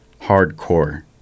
hardcore